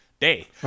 day